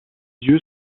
yeux